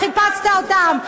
חיפשת אותן.